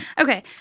Okay